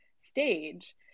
stage